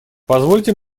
позвольте